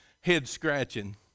head-scratching